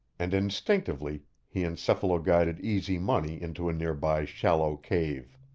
and instinctively he encephalo-guided easy money into a nearby shallow cave.